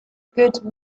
good